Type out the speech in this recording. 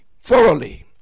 thoroughly